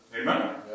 Amen